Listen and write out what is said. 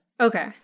Okay